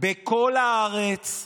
בכל הארץ,